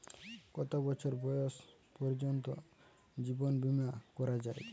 কত বছর বয়স পর্জন্ত জীবন বিমা করা য়ায়?